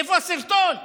איפה הסרטון?